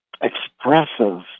expressive